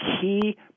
key